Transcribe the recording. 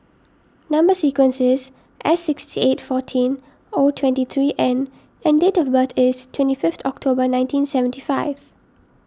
Number Sequence is S sixty eight fourteen O twenty three N and and date of birth is twenty fifth October nineteen seventy five